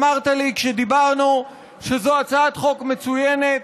אמרת לי כשדיברנו שזו הצעת חוק מצוינת.